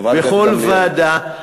בכל ועדה,